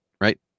right